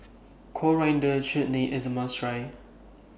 Coriander Chutney IS A must Try